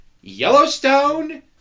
Yellowstone